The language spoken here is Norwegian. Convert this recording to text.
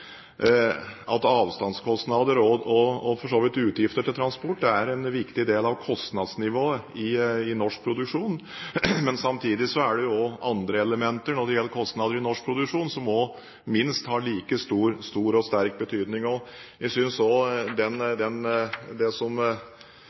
at avstandskostnader og for så vidt utgifter til transport er en viktig del av kostnadsnivået i norsk produksjon, men samtidig er det også andre elementer som gjelder kostnader i norsk produksjon som må minst ha like stor og sterk betydning. Jeg